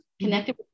connected